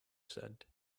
said